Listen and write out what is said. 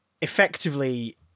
effectively